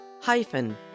hyphen